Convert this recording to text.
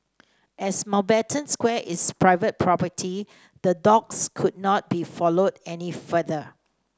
as Mountbatten Square is private property the dogs could not be followed any further